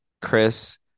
Chris